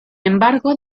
embargo